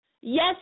Yes